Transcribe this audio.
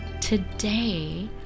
Today